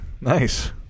Nice